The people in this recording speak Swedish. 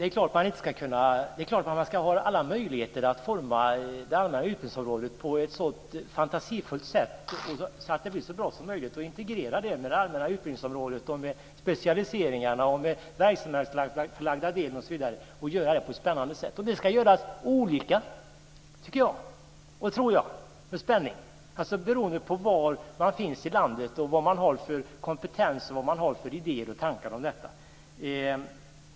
Fru talman! Det är klart att man ska ha alla möjligheter att forma det allmänna utbildningsområdet på ett så fantasifullt sätt att det blir så bra som möjligt. Det allmänna utbildningsområdet ska integreras med specialiseringarna och den verklighetsförlagda delen av undervisningen. Det ska ske på ett spännande sätt. Det här ska ske på olika sätt beroende på var man befinner sig i landet, vilken kompetens man har, vilka idéer och tankar man har.